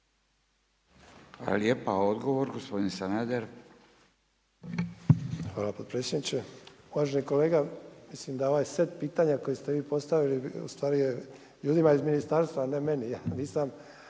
**Sanader, Ante (HDZ)** Hvala potpredsjedniče. Uvaženi kolega, mislim da ovaj set pitanja koje ste vi postavili u stvari je, ljudima iz ministarstva, a ne meni,